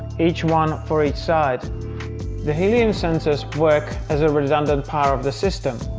each one for each side the helium centers work as a redundant part of the system.